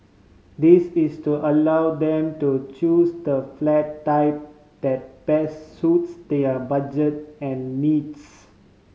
this is to allow them to choose the flat type that best suits their budget and needs